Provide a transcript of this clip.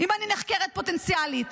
אם אני נחקרת פוטנציאלית?